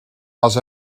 les